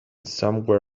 somewhere